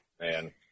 Man